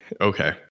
Okay